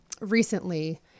recently